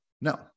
No